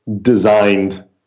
designed